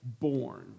born